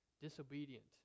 disobedient